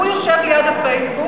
הוא יושב מול הפייסבוק